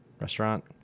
restaurant